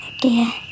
dear